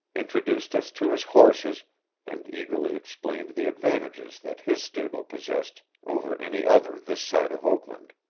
introduced us to his horses and eagerly explained the advantages that his stable possessed over any other this side of oakland.